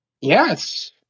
yes